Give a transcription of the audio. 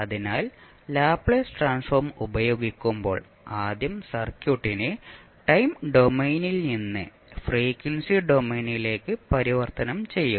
അതിനാൽ Laplace transform ഉപയോഗിക്കുമ്പോൾ ആദ്യം സർക്യൂട്ടിനെ ടൈം ഡൊമെയ്നിൽ നിന്ന് ഫ്രീക്വൻസി ഡൊമെയ്നിലേക്ക് പരിവർത്തനം ചെയ്യും